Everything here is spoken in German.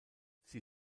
sie